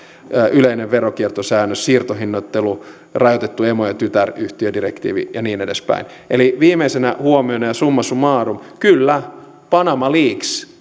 yleisen veronkiertosäännöksen siirtohinnoittelun ja rajoitetun emo ja tytäryhtiödirektiivin ja niin edespäin viimeisenä huomiona ja summa summarum kyllä panama leaks